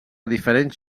diferents